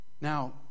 Now